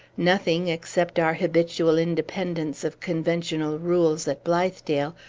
nothing, except our habitual independence of conventional rules at blithedale,